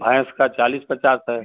भैंस का चालीस पचास है